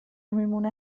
میمونه